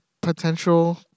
potential